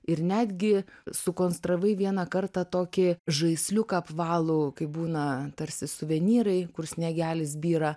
ir netgi sukonstravai vieną kartą tokį žaisliuką apvalų kaip būna tarsi suvenyrai kur sniegelis byra